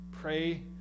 Pray